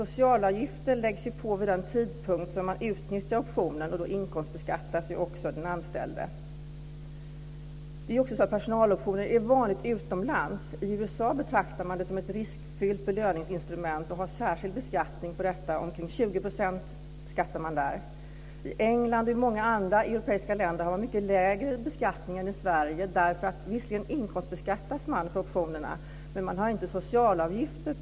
Socialavgifter läggs på vid den tidpunkt då man utnyttjar optionen, och då inkomstbeskattas också den anställde. Det är vanligt med personaloptioner utomlands. I USA betraktar man dem som ett riskfyllt belöningsinstrument och har en särskild beskattning, ca 20 %. I England och i många andra europeiska länder är beskattningen mycket lägre än i Sverige. Visserligen inkomstbeskattas man för optionerna, men det läggs inte på några socialavgifter.